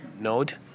node